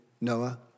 Noah